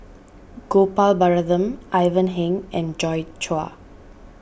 Gopal Baratham Ivan Heng and Joi Chua